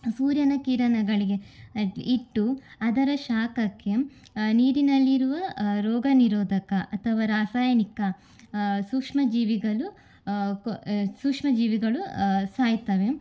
ಸೂರ್ಯನ ಕಿರಣಗಳಿಗೆ ಇಟ್ಟು ಅದರ ಶಾಖಕ್ಕೆ ನೀರಿನಲ್ಲಿರುವ ರೋಗನಿರೋಧಕ ಅಥವ ರಾಸಾಯನಿಕ ಸೂಕ್ಷ್ಮಜೀವಿಗಳು ಸೂಕ್ಷ್ಮಜೀವಿಗಳು ಸಾಯ್ತವೆ